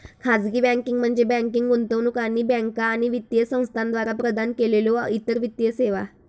खाजगी बँकिंग म्हणजे बँकिंग, गुंतवणूक आणि बँका आणि वित्तीय संस्थांद्वारा प्रदान केलेल्यो इतर वित्तीय सेवा